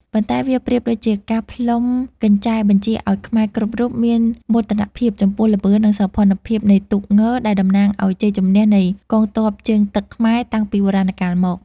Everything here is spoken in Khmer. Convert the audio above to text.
ប៉ុន្តែវាប្រៀបដូចជាការផ្លុំកញ្ចែបញ្ជាឱ្យខ្មែរគ្រប់រូបមានមោទនភាពចំពោះល្បឿន និងសោភ័ណភាពនៃទូកង ដែលតំណាងឱ្យជ័យជំនះនៃកងទ័ពជើងទឹកខ្មែរតាំងពីបុរាណកាលមក។